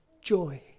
joy